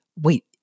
wait